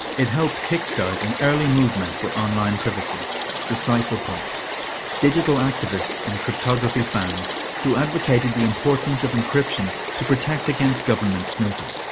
it helped kickstart an early movement for online privacy the cypherpunks digital activists and cryptography fans who advocated the importance of encryption to protect against government snooping.